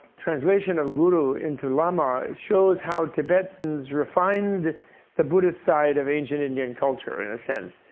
translation of guru into lama shows how tibetans refined the buddhist side of ancient indian culture, in a sense.